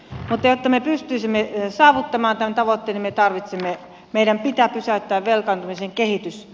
mutta jotta me pystyisimme saavuttamaan tämän tavoitteen niin meidän pitää pysäyttää velkaantumisen kehitys